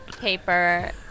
paper